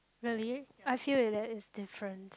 really I feel that it's different